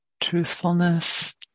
Truthfulness